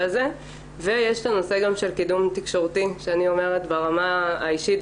יש את הנושא גם של קידום תקשורתי שאני אומרת ברמה האישית,